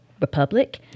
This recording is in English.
republic